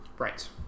Right